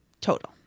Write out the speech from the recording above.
total